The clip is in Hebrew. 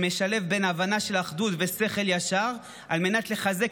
שמשלב בין הבנה של אחדות ושכל ישר על מנת לחזק